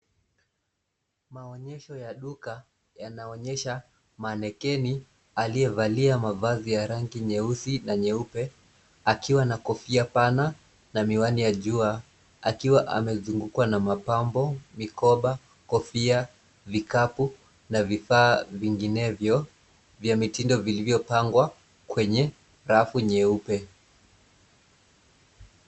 Maonyeso ya duka yanaonyesha maelekezo ya mzungu aliyevalia mavazi ya rangi nyeusi na nyeupe, akiwa na kofia pana na miwani ya jua. Akiwa amezungukwa na mabango, mikoba, kofia, vikapu, na vifaa vingine vya mitindo vilivyopangwa kwenye rafu nyeupe.